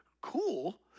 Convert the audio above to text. cool